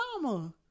mama